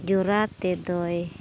ᱡᱚᱨᱟ ᱛᱮᱫᱚᱭ